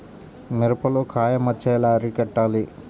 మిరపలో కాయ మచ్చ ఎలా అరికట్టాలి?